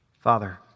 Father